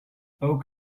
oak